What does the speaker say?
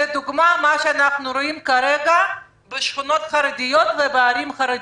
לדוגמה מה שאנחנו רואים כרגע בשכונות חרדיות ובערים חרדיות?